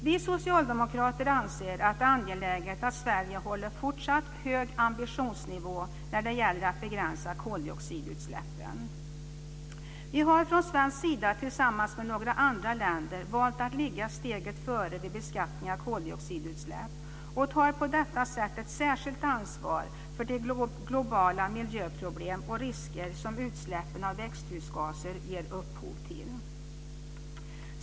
Vi socialdemokrater anser att det är angeläget att Sverige håller fortsatt hög ambitionsnivå när det gäller att begränsa koldioxidutsläppen. Vi har från svensk sida tillsammans med några andra länder valt att ligga steget före vid beskattning av koldioxidutsläpp och tar på detta sätt ett särskilt ansvar för de globala miljöproblem och risker som utsläppen av växthusgaser ger upphov till.